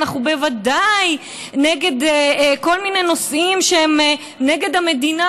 אנחנו בוודאי נגד כל מיני נושאים שהם נגד המדינה,